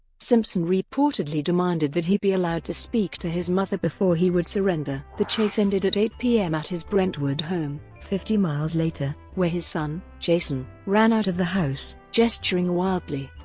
simpson reportedly demanded that he be allowed to speak to his mother before he would surrender. the chase ended at eight zero p m. at his brentwood home, fifty mi later, where his son, jason, ran out of the house, gesturing wildly,